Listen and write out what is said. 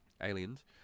aliens